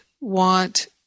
want